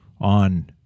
on